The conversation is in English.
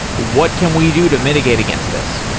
what can we do to mitigate against this?